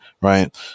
right